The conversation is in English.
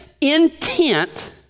intent